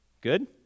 Good